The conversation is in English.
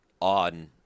on